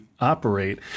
operate